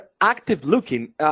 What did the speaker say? active-looking